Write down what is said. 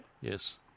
Yes